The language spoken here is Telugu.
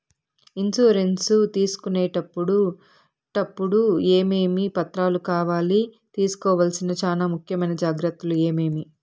ఇన్సూరెన్సు తీసుకునేటప్పుడు టప్పుడు ఏమేమి పత్రాలు కావాలి? తీసుకోవాల్సిన చానా ముఖ్యమైన జాగ్రత్తలు ఏమేమి?